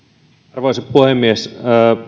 arvoisa puhemies